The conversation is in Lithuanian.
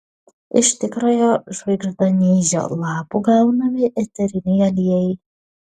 iš tikrojo žvaigždanyžio lapų gaunami eteriniai aliejai